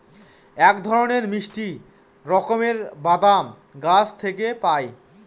এক ধরনের মিষ্টি রকমের বাদাম গাছ থেকে পায়